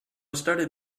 started